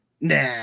Nah